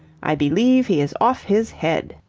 i believe he is off his head.